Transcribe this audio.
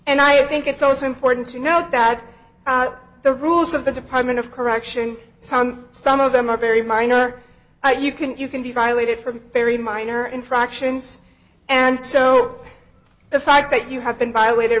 and i think it's also important to note that the rules of the department of correction some some of them are very minor you can you can be violated from very minor infractions and so the fact that you have been